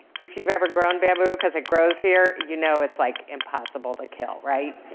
if you've ever grown bamboo cause it grows here, you know it's like impossible to kill, right?